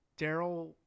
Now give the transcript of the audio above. Daryl